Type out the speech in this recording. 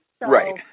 Right